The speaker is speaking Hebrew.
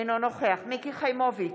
אינו נוכח מיקי חיימוביץ'